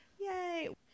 Yay